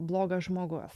blogas žmogus